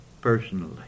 personally